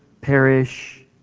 perish